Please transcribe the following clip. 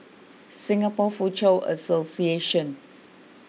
Singapore Foochow Association